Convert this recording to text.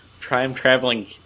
time-traveling